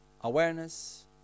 awareness